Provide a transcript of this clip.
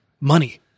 Money